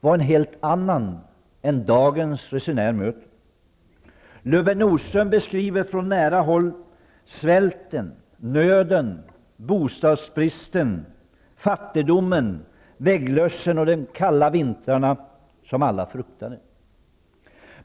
var en helt annan än den dagens resenär möter. Lubbe Nordström beskriver från nära håll svälten, nöden, bostadsbristen, fattigdomen, vägglössen och de kalla vintrarna som alla fruktade.